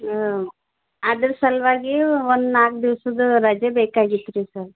ಹ್ಞೂ ಅದ್ರ ಸಲುವಾಗಿ ಒಂದು ನಾಲ್ಕು ದಿವ್ಸದ ರಜೆ ಬೇಕಾಗಿತ್ತುರಿ ಸರ್